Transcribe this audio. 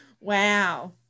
Wow